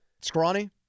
Scrawny